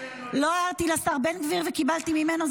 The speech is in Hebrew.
לא הערתי לשר בן גביר וקיבלתי ממנו?